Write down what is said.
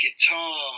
guitar